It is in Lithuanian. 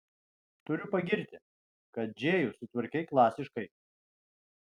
turiu pagirti kad džėjų sutvarkei klasiškai